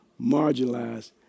marginalized